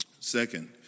Second